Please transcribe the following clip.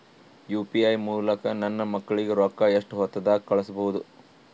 UPI ಮೂಲಕ ನನ್ನ ಮಕ್ಕಳಿಗ ರೊಕ್ಕ ಎಷ್ಟ ಹೊತ್ತದಾಗ ಕಳಸಬಹುದು?